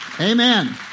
Amen